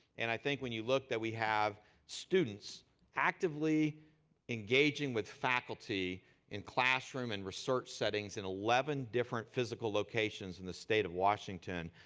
and i think when you look, that we have students actively engaging with faculty in classroom and research settings in eleven different physical locations in the state of washington,